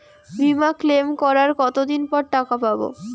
বিমা ক্লেম করার কতদিন পর টাকা পাব?